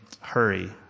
hurry